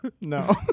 no